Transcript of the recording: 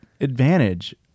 advantage